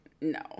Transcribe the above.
no